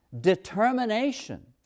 determination